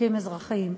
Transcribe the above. לחוקים אזרחיים.